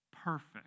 perfect